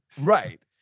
right